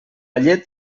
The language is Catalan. llet